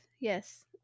yes